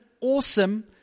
awesome